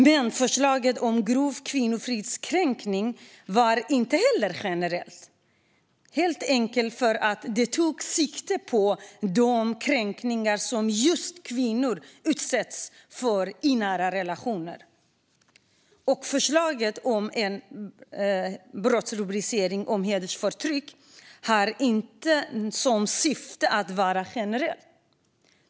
Men förslaget om grov kvinnofridskränkning var inte heller generellt, helt enkelt för att det tog sikte på de kränkningar som just kvinnor utsätts för i nära relationer. Förslaget om en brottsrubricering för hedersförtryck har inte som syfte att vara generellt.